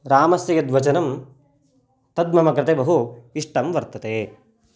रामस्य यद्वचनं तद् मम कृते बहु इष्टं वर्तते